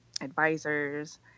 advisors